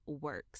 works